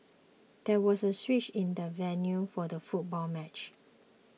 there was a switch in the venue for the football match